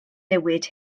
newid